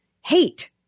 hate